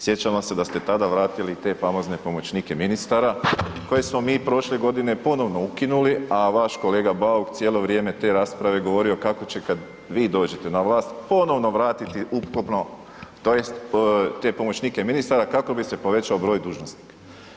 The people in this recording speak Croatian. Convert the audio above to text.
Sjećamo se da ste tada vratili te famozne pomoćnike ministara koje smo mi prošle godine ponovno ukinuli a vaš kolega Bauk cijelo vrijeme te rasprave govorio kako će kad vi dođete na vlast, ponovno vratiti ukupno tj. te pomoćnike ministara kako bi se povećao broj dužnosnika.